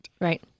Right